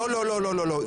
לא, לא, לא, לא.